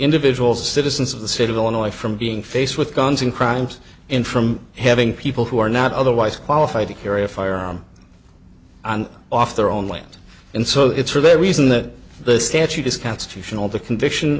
individual citizens of the state of illinois from being faced with guns in crimes in from having people who are not otherwise qualified to carry a firearm off their own land and so it's really a reason that the statute is constitutional the conviction